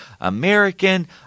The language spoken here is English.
American